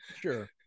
Sure